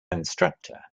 instructor